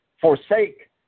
forsake